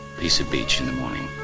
piece of beach in the morning.